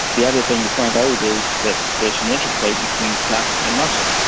the other thing you point out is that there is an interplay between fat and muscle,